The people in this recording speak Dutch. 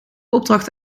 opdracht